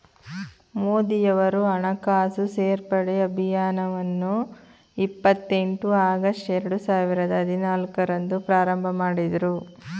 ಮೋದಿಯವರು ಹಣಕಾಸು ಸೇರ್ಪಡೆ ಅಭಿಯಾನವನ್ನು ಇಪ್ಪತ್ ಎಂಟು ಆಗಸ್ಟ್ ಎರಡು ಸಾವಿರದ ಹದಿನಾಲ್ಕು ರಂದು ಪ್ರಾರಂಭಮಾಡಿದ್ರು